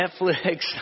Netflix